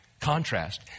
contrast